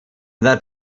that